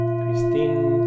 Christine